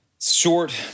short